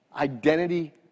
Identity